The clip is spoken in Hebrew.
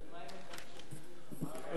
בבקשה.